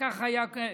וכך היה,